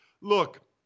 Look